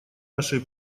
нашей